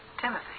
Timothy